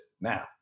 now